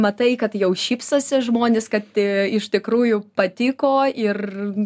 matai kad jau šypsosi žmonės kad iš tikrųjų patiko ir